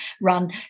run